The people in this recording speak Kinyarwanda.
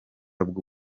bwo